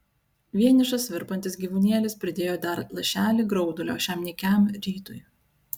vienišas virpantis gyvūnėlis pridėjo dar lašelį graudulio šiam nykiam rytui